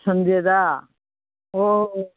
ꯁꯟꯗꯦꯗ ꯑꯣ